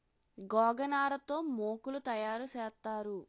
గోగనార తో మోకులు తయారు సేత్తారు